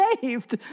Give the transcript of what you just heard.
saved